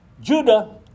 Judah